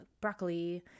broccoli